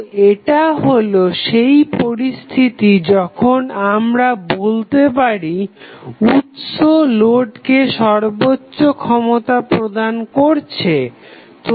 তো এটা হলো সেই পরিস্থিতি যখন আমরা বলতে পারি উৎস লোডকে সর্বোচ্চ ক্ষমতা প্রদান করছে